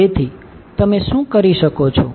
તેથી તમે શું કરી શકો છો